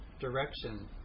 direction